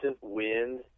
wind